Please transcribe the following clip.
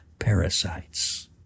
parasites